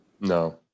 No